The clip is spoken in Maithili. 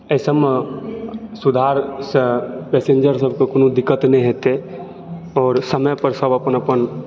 एहि सब मे सुधार सऽ पैसन्जर सब के कोनो दिक्कत नहि हेतै आओर समय पर सब अपन अपन